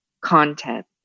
content